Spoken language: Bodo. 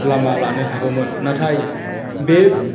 लामा लानो हागौमोन नाथाय बे